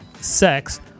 sex